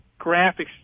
graphics